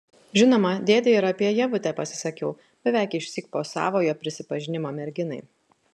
žinoma dėdei ir apie ievutę pasisakiau beveik išsyk po savojo prisipažinimo merginai